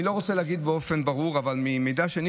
אני לא רוצה להגיד באופן ברור, אבל ממידע שאני